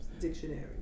dictionary